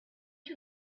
you